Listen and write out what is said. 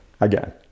again